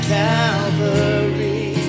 calvary